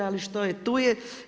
Ali što je tu je.